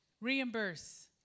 reimburse